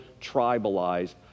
tribalized